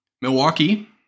Milwaukee